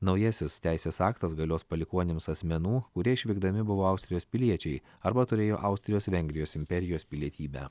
naujasis teisės aktas galios palikuonims asmenų kurie išvykdami buvo austrijos piliečiai arba turėjo austrijos vengrijos imperijos pilietybę